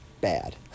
bad